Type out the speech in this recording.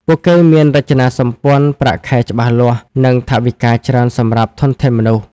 ពួកគេមានរចនាសម្ព័ន្ធប្រាក់ខែច្បាស់លាស់ និងថវិកាច្រើនសម្រាប់ធនធានមនុស្ស។